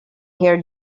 here